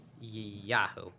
Yahoo